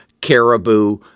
Caribou